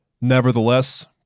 Nevertheless